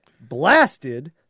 blasted